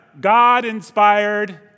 God-inspired